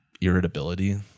Irritability